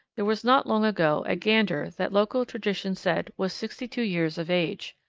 there was not long ago a gander that local tradition said was sixty-two years of age.